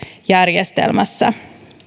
järjestelmässä